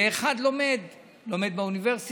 ואחד לומד באוניברסיטה,